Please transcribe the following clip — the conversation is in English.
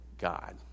God